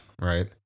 right